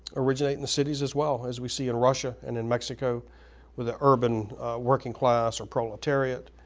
originate in the cities as well, as we see in russia and in mexico with the urban working class, or proletariat.